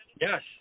Yes